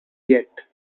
yet